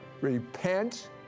Repent